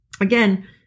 Again